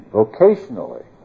vocationally